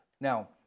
Now